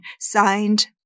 Signed